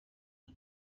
els